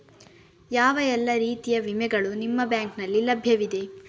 ಯಾವ ಎಲ್ಲ ರೀತಿಯ ವಿಮೆಗಳು ನಿಮ್ಮ ಬ್ಯಾಂಕಿನಲ್ಲಿ ಲಭ್ಯವಿದೆ?